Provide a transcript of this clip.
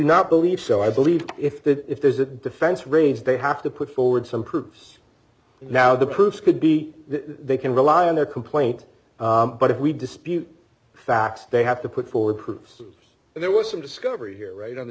not believe so i believe if the if there's a defense raised they have to put forward some proof now the proofs could be they can rely on their complaint but if we dispute facts they have to put forward proofs and there was some discovery here right on the